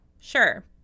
Sure